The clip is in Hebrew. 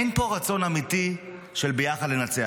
אין פה רצון אמיתי של ביחד ננצח,